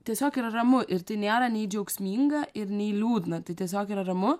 tiesiog yra ramu ir tai nėra nei džiaugsminga ir nei liūdna tai tiesiog yra ramu